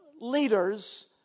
leaders